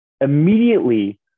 immediately